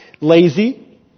lazy